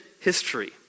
history